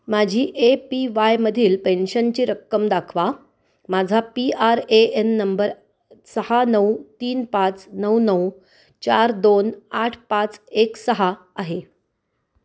माझी A P वायमधील पेन्शनची रक्कम दाखवा माझा P R A N number सहा नऊ तीन पाच नऊ नऊ चार दोन आठ पाच एक सहा आहे